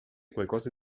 qualcosa